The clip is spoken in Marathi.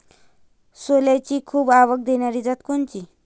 सोल्याची खूप आवक देनारी जात कोनची?